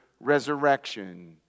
resurrection